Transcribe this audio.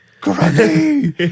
Granny